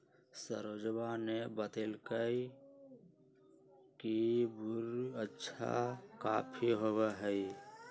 सरोजवा ने बतल कई की ब्रू अच्छा कॉफी होबा हई